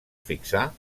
fixà